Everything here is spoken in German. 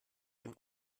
den